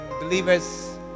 believers